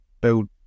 build